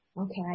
Okay